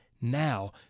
now